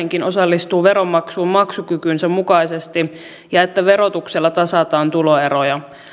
kukin osallistuu veronmaksuun maksukykynsä mukaisesti ja että verotuksella tasataan tuloeroja